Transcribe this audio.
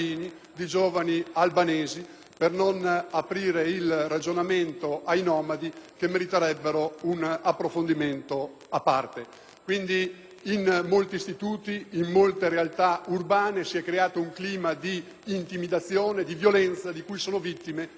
per non aprire il ragionamento ai nomadi, che meriterebbero un approfondimento a parte. In molti istituti, in molte realtà urbane si è creato un clima di intimidazione, di violenza, di cui sono vittime gli studenti italiani. Questa è la